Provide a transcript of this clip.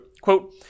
quote